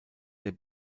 der